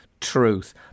truth